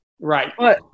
right